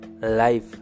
life